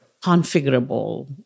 configurable